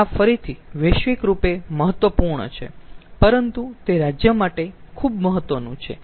આ ફરીથી વૈશ્વિકરૂપે મહત્વપૂર્ણ છે પરંતુ તે રાજ્ય માટે ખુબ મહત્વનું છે